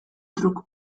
truk